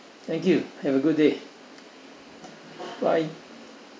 thank you have a good day bye